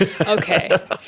Okay